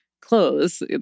clothes